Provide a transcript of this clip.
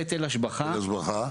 השבחה?